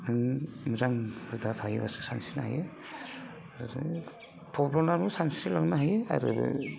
नों मोजां हुदा थायोब्लासो सानस्रिनो हायो आरो थब्ल'नानैबो सानस्रिलांनो हायो आरो